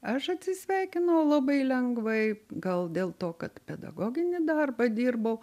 aš atsisveikinau labai lengvai gal dėl to kad pedagoginį darbą dirbau